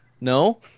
No